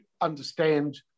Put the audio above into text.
understand